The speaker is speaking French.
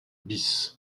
bis